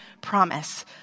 promise